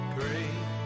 great